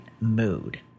mood